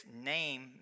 name